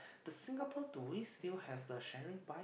the Singapore do we still have the sharing bike